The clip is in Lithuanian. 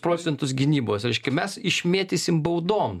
procentus gynybos reiškia mes išmėtysim baudom